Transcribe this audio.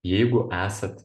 jeigu esat